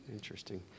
Interesting